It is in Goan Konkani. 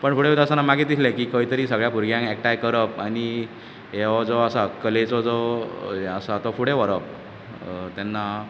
पूण फुडें फुडें वयता आसतना मागीर दिसलें की खंय तरी भुरग्यांक एकठांय करप आनी हो जो आसा कलेचो जो हें आसा तो फुडें व्हरप तेन्ना